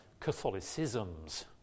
Catholicisms